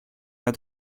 had